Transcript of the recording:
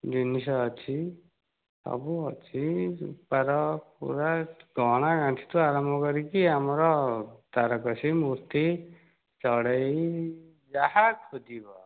ଜିନିଷ ଅଛି ସବୁ ଅଛି ରୂପାର ପୁରା ଗହଣା ଗାଣ୍ଠିଠୁ ଆରମ୍ଭ କରିକି ଆମର ତାରକସୀ ମୂର୍ତ୍ତି ଚଢ଼େଇ ଯାହା ଖୋଜିବ